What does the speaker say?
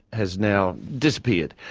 has now disappeared.